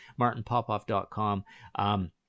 martinpopoff.com